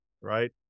right